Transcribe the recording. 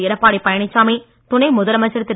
எடப்பாடி பழனிசாமி துணை முதலமைச்சர் திரு